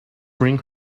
bring